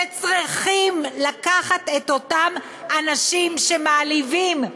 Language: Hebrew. שצריכים לקחת את אותם אנשים שמעליבים,